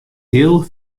heal